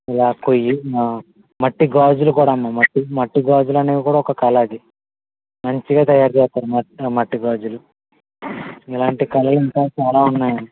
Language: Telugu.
ఇలా కొయ్యి మ మట్టి గాజులు కూడా అమ్మా మట్టి మట్టి గాజులు అనేవి కూడా ఒక కళ అది మంచిగా తయారు చేస్తారు మ మట్టి గాజులు ఇలాంటి కళలు ఇంకా చాలా ఉన్నాయి